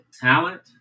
talent